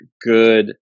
good